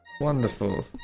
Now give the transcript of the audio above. Wonderful